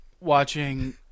watching